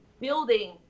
building